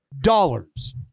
dollars